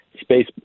space